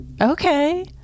okay